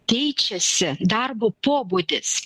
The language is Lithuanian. keičiasi darbo pobūdis